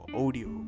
audio